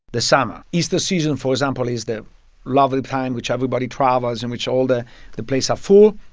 the summer is the season, for example is the lovely time which everybody travels and which all the the place are full.